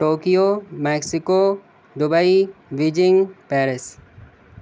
Tokyo Mexico Dubai Beijing Paris